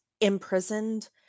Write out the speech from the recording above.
imprisoned